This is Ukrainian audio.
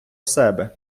себе